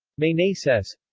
meneses